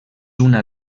una